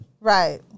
Right